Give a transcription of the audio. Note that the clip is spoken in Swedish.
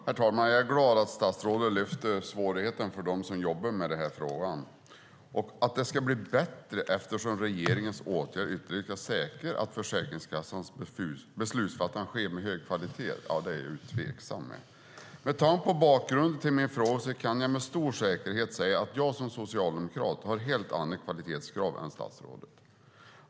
Herr talman! Jag är glad att statsrådet lyfter fram svårigheten för dem som jobbar med frågan. Att det ska bli bättre eftersom regeringens åtgärder säkerställer att Försäkringskassans beslutsfattande sker med hög kvalitet är jag dock tveksam till. Med tanke på bakgrunden till min interpellation kan jag med stor säkerhet säga att jag som socialdemokrat har helt andra kvalitetskrav än statsrådet.